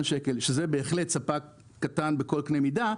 שקלים שהוא בהחלט ספק קטן בכל קנה מידה,